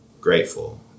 grateful